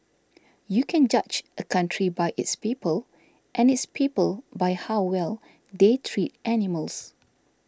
you can judge a country by its people and its people by how well they treat animals